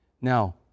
Now